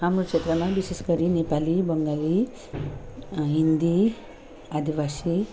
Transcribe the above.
हाम्रो क्षेत्रमा विशेष गरी नेपाली बङ्गाली हिन्दी आदिवासी